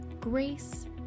Grace